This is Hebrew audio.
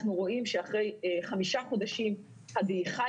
אנחנו רואים שאחרי חמישה חודשים הדעיכה